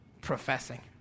professing